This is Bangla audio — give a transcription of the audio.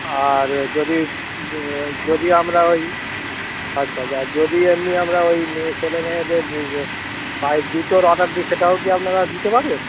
আর যদি যদি আমরা ওই আচ্ছা আচ্ছা আর যদি এমনি আমরা ওই মেয়ে ছেলেমেয়েদের যে পায়ের জুতোর অর্ডার দিই সেটাও কি আপনারা দিতে পারবেন